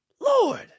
Lord